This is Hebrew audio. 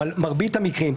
או על מרבית המקרים.